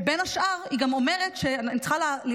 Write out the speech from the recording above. ובין השאר היא גם אומרת שאני צריכה להיות